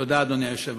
תודה, אדוני היושב-ראש.